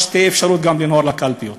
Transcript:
כך שתהיה אפשרות גם לנהור לקלפיות,